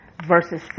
Verses